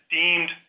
deemed